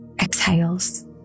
exhales